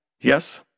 Yes